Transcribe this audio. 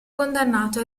condannato